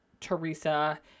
Teresa